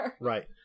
Right